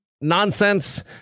nonsense